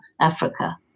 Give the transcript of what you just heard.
Africa